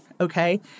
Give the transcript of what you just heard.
Okay